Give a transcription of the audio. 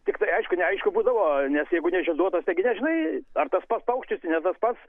tiktai aišku neaišku būdavo nes jeigu nežieduotas taigi nežinai ar tas pats paukštis ne tas pats